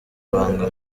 banga